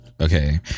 okay